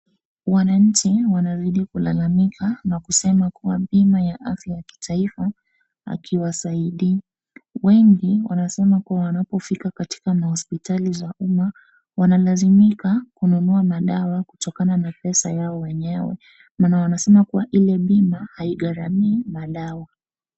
Wananchi wanazidi kulalamika na kusema kuwa bima ya afya ya kitaifa hakiwasaidii. Wengi wanasema kuwa wanapofika katika mahospitali za uma, wanalazimika kununua madawa kutokana na pesa yao wenyewe, maana wanasema kuwa ile bima haigharamii madawa.